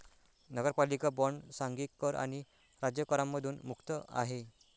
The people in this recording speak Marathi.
नगरपालिका बॉण्ड सांघिक कर आणि राज्य करांमधून मुक्त आहे